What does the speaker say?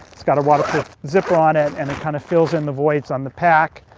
it's got a waterproof zipper on it, and it kind of fills in the voids on the pack.